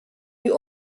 die